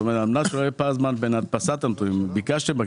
על מנת שלא יהיה פער זמן בין הדפסת הנתונים לישיבת הוועדה,